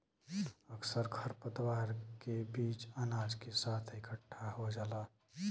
अक्सर खरपतवार के बीज अनाज के साथ इकट्ठा खो जाला